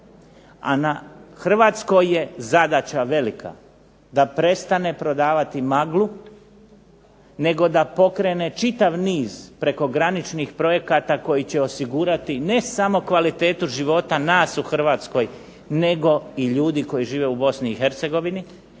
A na Hrvatskoj je zadaća velika da prestane prodavati maglu nego da pokrene čitav niz prekograničnih projekata koji će osigurati ne samo kvalitetu života nas u Hrvatskoj nego i ljudi koji žive u Bosni